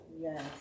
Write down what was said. Yes